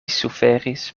suferis